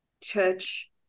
church